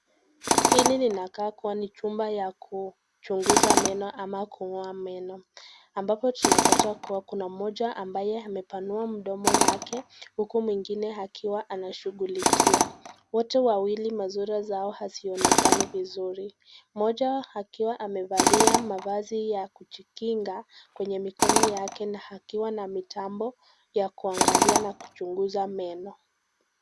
Hili linakaa kuwa chumba la kuchunguza meno au kung'oa meno, ampapo tunapata kuwa kuna mmoja amepanua midomo yake, huku mwingine akiwa anashugulikia watu wawili masura zao hazionekani vizuri, moja akiwa amevalia mavazi yake ujikinga kwenye mikono yake, na akiwa na mitambo ya kuangalia na kuchunguza meno.